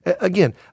Again